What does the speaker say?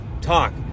Talk